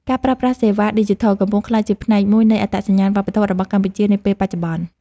ការប្រើប្រាស់សេវាឌីជីថល កំពុងក្លាយជាផ្នែកមួយនៃអត្តសញ្ញាណវប្បធម៌របស់កម្ពុជានាពេលបច្ចុប្បន្ន។